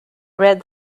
read